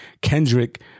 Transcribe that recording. kendrick